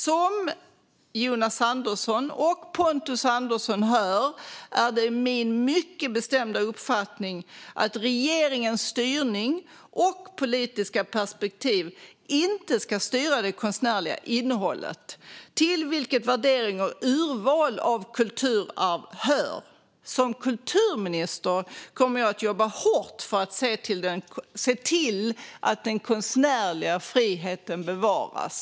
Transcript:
Som Jonas Andersson och Pontus Andersson hör är det min mycket bestämda uppfattning att regeringens styrning och politiska perspektiv inte ska styra det konstnärliga innehållet, till vilket värdering och urval av kulturarv hör. Som kulturminister kommer jag att jobba hårt för att se till att den konstnärliga friheten bevaras.